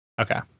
Okay